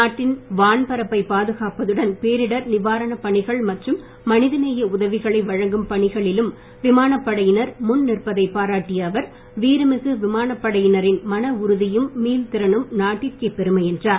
நாட்டின் வான்பரப்பை பாதுகாப்பதுடன் பேரிடர் நிவாரணப் பணிகள் மற்றும் மனிதநேய உதவிகளை வழங்கும் பணிகளிலும் விமானப்படையினர் முன் நிற்பதை பாராட்டிய அவர் வீரமிகு விமானப் படையினரின் மனஉறுதியும் மீள்திறனும் நாட்டிற்கே பெருமை என்றார்